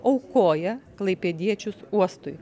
aukoja klaipėdiečius uostui